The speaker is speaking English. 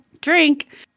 drink